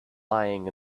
lying